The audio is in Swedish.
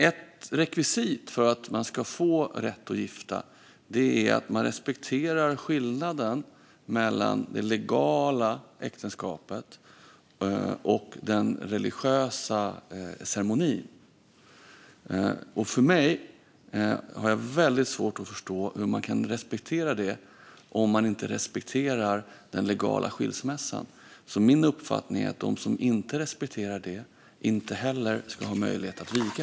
Ett rekvisit för att man ska få rätt att viga människor är att man respekterar skillnaden mellan det legala äktenskapet och den religiösa ceremonin. För mig är det väldigt svårt att förstå hur man kan respektera det om man inte respekterar den legala skilsmässan. Min uppfattning är att de som inte respekterar det inte heller ska ha möjlighet att viga.